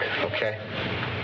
okay